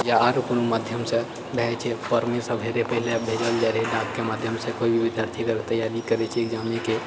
या आरो कोनो माध्यमसँ भए जाइ छै फोर्मे सब रहै पहिले भेजल जाइ रहै डाकके माध्यमसँ कोइ भी विद्यार्थीके अगर तैयारी करै छै एग्जामके